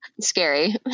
scary